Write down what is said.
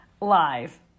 live